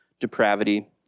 depravity